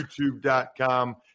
youtube.com